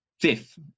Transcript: Fifth